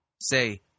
say –